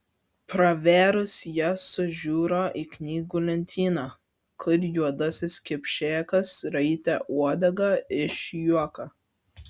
pravėrus jas sužiuro į knygų lentyną kur juodasis kipšėkas raitė uodegą iš juoko